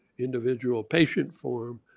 individual patient form,